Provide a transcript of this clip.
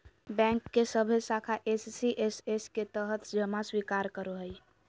bank के सभे शाखा एस.सी.एस.एस के तहत जमा स्वीकार करो हइ